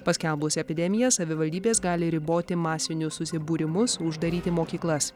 paskelbus epidemiją savivaldybės gali riboti masinius susibūrimus uždaryti mokyklas